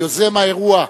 יוזם האירוע,